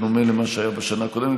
בדומה למה שהיה בשנה הקודמת,